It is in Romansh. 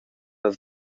las